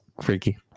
freaky